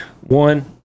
one